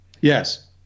Yes